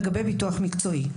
לגבי ביטוח מקצועי.